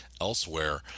elsewhere